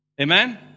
Amen